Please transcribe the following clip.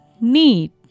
need